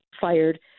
fired